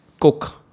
cook